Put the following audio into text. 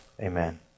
Amen